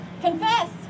Confess